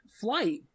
flight